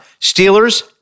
Steelers